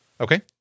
Okay